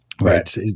Right